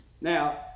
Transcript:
Now